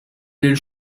lil